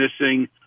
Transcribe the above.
missing